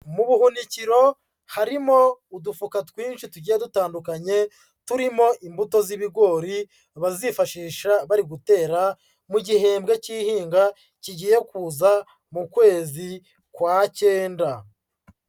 Mu buhunikiro harimo udufuka twinshi tugiye dutandukanye, turimo imbuto z'ibigori, bazifashisha bari gutera mu gihembwe cy'ihinga kigiye kuza mu kwezi kwa cyenda.